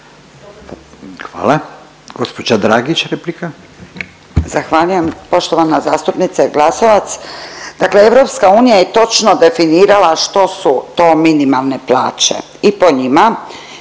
Hvala. Gospodin Vukušić replika.